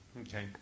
Okay